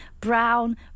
brown